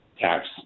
tax